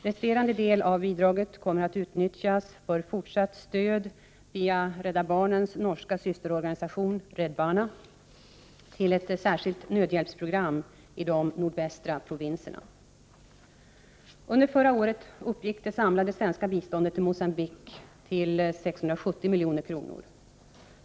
Resterande del av bidraget kommer att utnyttjas för fortsatt stöd via Rädda barnens norska systerorganisation Redd Barna till ett särskilt nödhjälpsprogram i de nordvästra provinserna. Under förra året uppgick det samlade svenska biståndet till Mogambique Prot. 1988/89:60 till ca 670 milj.kr.